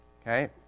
Okay